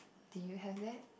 do you have that